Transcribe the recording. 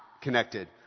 connected